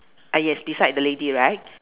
yes beside the lady right